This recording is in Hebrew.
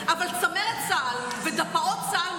אבל צמרת צה"ל ודפ"עות צה"ל,